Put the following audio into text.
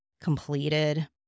completed